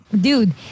dude